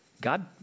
God